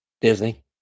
Disney